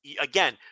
again